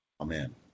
Amen